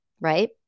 Right